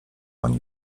oni